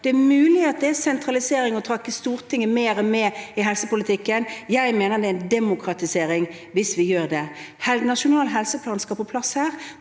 Det er mulig at det er sentralisering å trekke Stortinget mer med i helsepolitikken. Jeg mener at det er en demokratisering å gjøre det. Den nasjonale helseplanen skal på plass her.